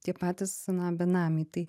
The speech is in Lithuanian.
tie patys na benamiai tai